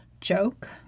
joke